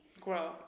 grow